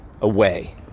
away